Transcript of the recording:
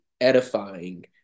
edifying